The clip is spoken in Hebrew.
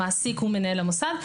המעסיק הוא מנהל המוסד,